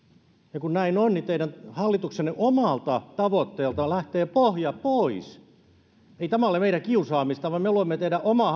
ja kun näin on niin teidän hallituksenne omalta tavoitteelta lähtee pohja pois ei tämä ole meidän kiusaamista vaan me luemme teidän omaa